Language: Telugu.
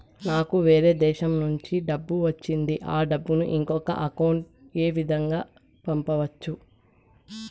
నాకు వేరే దేశము నుంచి డబ్బు వచ్చింది ఆ డబ్బును ఇంకొక అకౌంట్ ఏ విధంగా గ పంపొచ్చా?